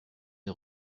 des